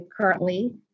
currently